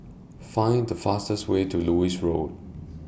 Find The fastest Way to Lewis Road